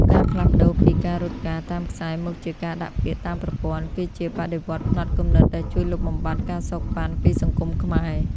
ការផ្លាស់ប្តូរពី "ការរត់ការតាមខ្សែ" មកជា "ការដាក់ពាក្យតាមប្រព័ន្ធ" គឺជាបដិវត្តន៍ផ្នត់គំនិតដែលជួយលុបបំបាត់ ការសូកប៉ាន់ ពីសង្គមខ្មែរ។